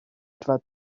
etwa